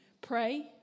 pray